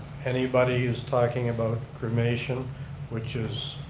anybody is talking about cremation which is